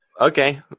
Okay